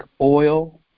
Oil